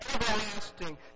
everlasting